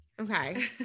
Okay